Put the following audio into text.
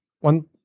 one